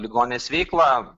ligoninės veiklą